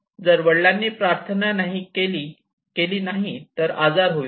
जर वडिलांनी प्रार्थना केली नाही तर आजार होईल